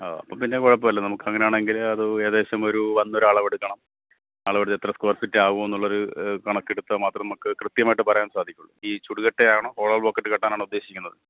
ആ അപ്പോള്പ്പിന്നെ കുഴപ്പമില്ല നമുക്കങ്ങനാണെങ്കില് അത് ഏകദേശം ഒരു വന്നൊരളവെടുക്കണം അളവെടുത്ത് എത്ര സ്ക്വയർ ഫീറ്റാവുമെന്നുള്ളൊരു കണക്കെടുത്താല്മാത്രം നമുക്ക് കൃത്യമായിട്ട് പറയാൻ സാധിക്കുള്ളൂ ഈ ചുടുകട്ടയാണോ ഹോളോ ബ്ലോക്കിട്ട് കെട്ടാനാണോ ഉദ്ദേശിക്കുന്നത്